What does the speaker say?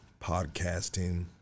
podcasting